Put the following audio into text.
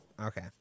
okay